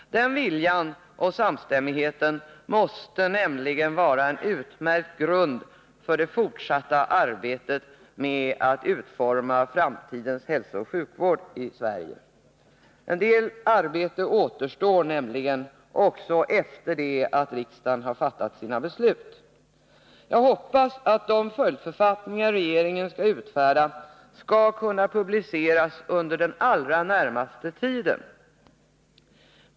Denna vilja och denna samstämmighet måste vara en utmärkt grund för det fortsatta arbetet med att utforma framtidens hälsooch sjukvård i Sverige. En hel del arbete återstår nämligen även efter det att riksdagen fattat sina beslut. Jag hoppas att de följdförfattningar som regeringen skall utfärda skall kunna publiceras under den allra närmaste tiden.